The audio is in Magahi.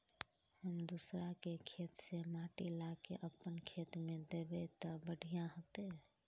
हम दूसरा के खेत से माटी ला के अपन खेत में दबे ते बढ़िया होते?